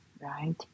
right